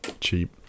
cheap